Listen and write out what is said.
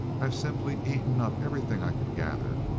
i've simply eaten up everything i could gather.